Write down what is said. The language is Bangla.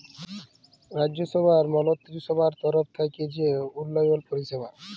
রাজ্যসভার মলত্রিসভার তরফ থ্যাইকে যে উল্ল্যয়ল পরিষেবা